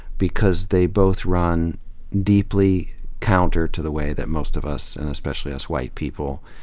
because they both run deeply counter to the way that most of us, and especially as white people,